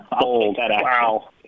Wow